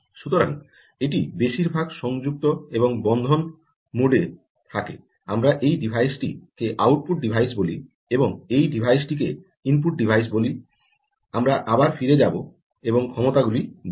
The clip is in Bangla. সুতরাং এটি বেশিরভাগ সংযুক্ত এবং বন্ধন মোডে থাকে আমরা এই ডিভাইসটি কে আউটপুট ডিভাইস বলি এবং এই ডিভাইস টিকে ইনপুট ডিভাইস বলি আমরা আবার ফিরে যাব এবং ক্ষমতাগুলি দেখব